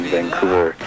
Vancouver